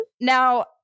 Now